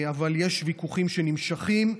אבל יש ויכוחים שנמשכים.